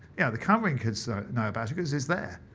yeah the cumbrian kids know about it, because it's there.